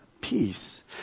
peace